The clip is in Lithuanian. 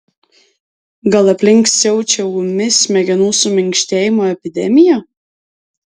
gal aplink siaučia ūmi smegenų suminkštėjimo epidemija